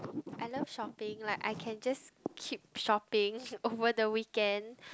I love shopping like I can just keep shopping over the weekend